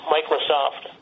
Microsoft